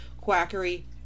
quackery